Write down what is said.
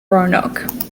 roanoke